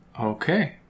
Okay